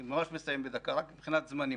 מסיים בדקה, רק מבחינת זמנים